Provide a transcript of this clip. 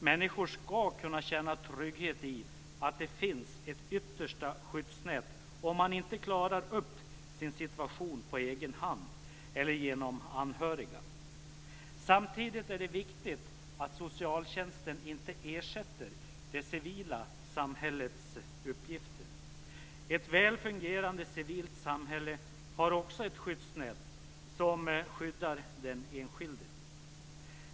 Människor ska kunna känna trygghet i att det finns ett yttersta skyddsnät om de inte klarar upp sin situation på egen hand eller genom anhöriga. Samtidigt är det viktigt att socialtjänsten inte ersätter det civila samhällets uppgifter. Ett väl fungerande civilt samhälle har också ett skyddsnät som skyddar den enskilde.